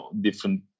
different